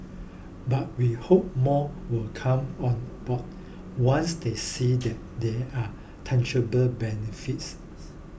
but we hope more will come on board once they see that there are tangible benefits